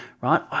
right